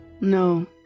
No